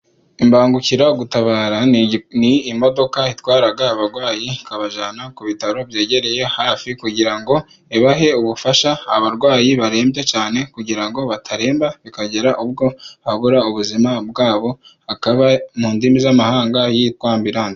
Imbangukiragutabara ni imodoka itwara abarwayi ikabajyana ku bitaro byegereye hafi, kugira ngo ibahe ubufasha, abarwayi barembye cyane kugira ngo bataremba bikagera ubwo babura ubuzima bwabo, ikaba mu ndimi z'amahanga yitwa ambilanse.